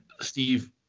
Steve